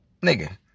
nigga